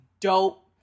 dope